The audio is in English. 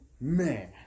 Man